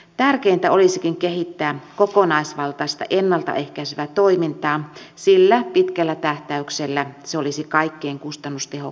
tärkeintä olisikin kehittää kokonaisvaltaista ennalta ehkäisevää toimintaa sillä pitkällä tähtäyksellä se olisi kaikkein kustannustehokkainta